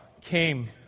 came